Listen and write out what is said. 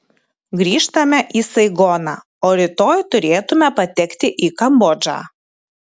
grįžtame į saigoną o rytoj turėtume patekti į kambodžą